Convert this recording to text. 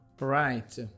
right